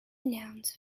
nouns